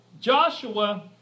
Joshua